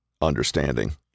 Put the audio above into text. understanding